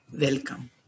welcome